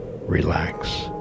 relax